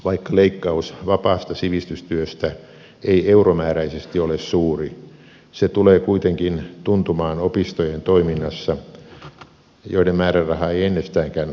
vaikka leikkaus vapaasta sivistystyöstä ei euromääräisesti ole suuri se tulee kuitenkin tuntumaan opistojen toiminnassa joiden määräraha ei ennestäänkään ole mittava